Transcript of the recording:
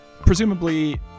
presumably